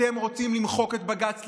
אתם רוצים למחוק את בג"ץ,